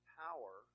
power